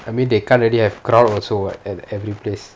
I mean they can't really have crowd also what at every place